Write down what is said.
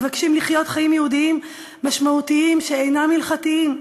מבקשים לחיות חיים יהודיים משמעותיים שאינם הלכתיים.